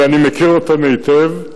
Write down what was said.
ואני מכיר אותם היטב.